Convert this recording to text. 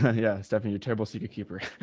ah yeah, stefan you're terrible secret keeper.